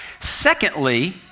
Secondly